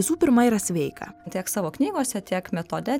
visų pirma yra sveika tiek savo knygose tiek metode